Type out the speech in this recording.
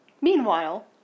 Meanwhile